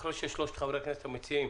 לאחר ששלושת חברי הכנסת המציעים